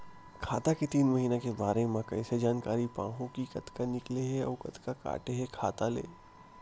खाता के तीन महिना के बारे मा कइसे जानकारी पाहूं कि कतका निकले हे अउ कतका काटे हे खाता ले?